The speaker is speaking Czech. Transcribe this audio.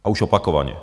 A už opakovaně.